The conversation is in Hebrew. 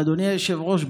אדוני היושב-ראש,